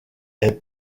est